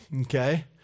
okay